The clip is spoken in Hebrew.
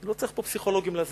לא צריך פסיכולוגים כדי להסביר.